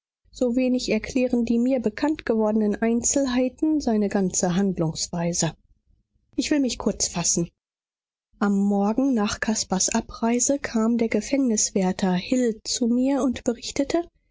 so wenig erklären die mir bekannt gewordenen einzelheiten seine ganze handlungsweise ich will mich kurz fassen am morgen nach caspars abreise kam der gefängniswärter hill zu mir und berichtete